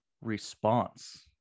Response